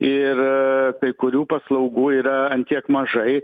ir kai kurių paslaugų yra ant tiek mažai